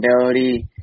ability